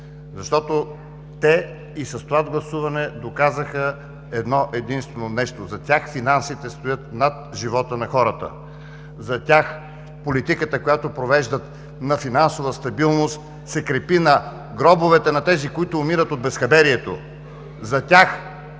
защото те и с това гласуване доказаха едно–единствено нещо: за тях финансите стоят над живота на хората, за тях политиката, която провеждат – на финансова стабилност, се крепи на гробовете на тези, които умират от безхаберието за тях.